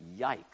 Yikes